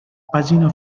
pàgina